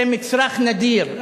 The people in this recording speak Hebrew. זה מצרך נדיר,